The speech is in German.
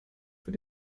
für